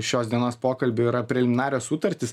šios dienos pokalbių yra preliminarios sutartys